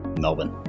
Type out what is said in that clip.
Melbourne